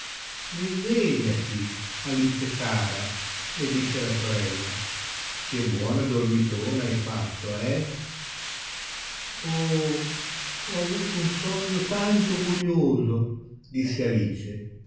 risvegliati alice cara le disse la sorella che buona dormitona hai fatto eh oh ho avuto un sogno tanto curioso disse alice